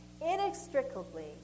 inextricably